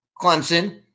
Clemson